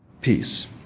peace